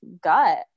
gut